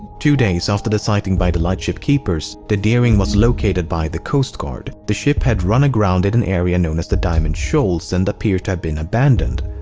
two days after the sighting by the lightship keepers the deering was located by the coast guard. the ship had run aground in an area known as the diamond shoals and appeared to have been abandoned.